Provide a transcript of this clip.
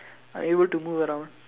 are able to move around